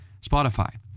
Spotify